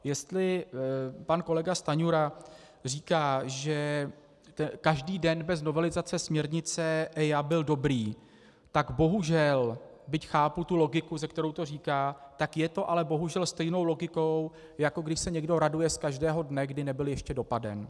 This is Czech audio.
Jestli pan kolega Stanjura říká, že každý den bez novelizace směrnice EIA byl dobrý, tak bohužel, byť chápu tu logiku, s kterou to říká, tak je to ale bohužel stejnou logikou, jako když se někdo raduje z každého dne, kdy nebyl ještě dopaden.